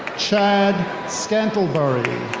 chad scantlebury.